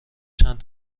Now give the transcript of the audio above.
چند